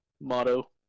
motto